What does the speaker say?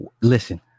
Listen